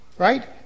Right